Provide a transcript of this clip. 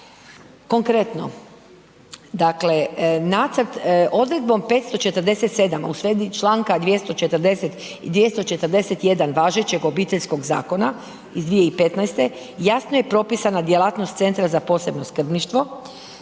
Konkretno, dakle odredbom 547. u svezi članka 241. važećeg Obiteljskog zakona iz 2015. jasno je propisana djelatnost Centra za posebno skrbništvo,